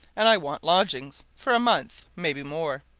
and i want lodgings. for a month maybe more.